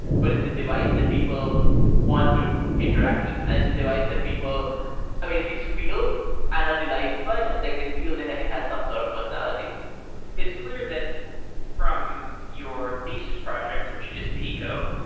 but it's a device that people want to interact with, and it's a device that people um at least feel and are delighted by. and like they feel that it has some sort of personality it's clear that from your thesis project, which is peeqo,